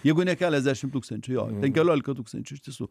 jeigu ne keliasdešimt tūkstančių jo keliolika tūkstančių iš tiesų